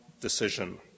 decision